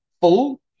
full